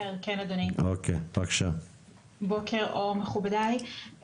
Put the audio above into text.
בוקר אור מכובדי,